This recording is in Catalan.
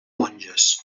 monges